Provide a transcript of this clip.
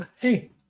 hey